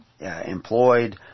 employed